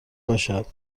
باشد